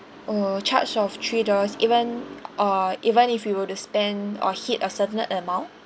oh charge of three dollars even uh even if you were to spend or hit a certain amount